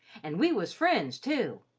and we was friends, too,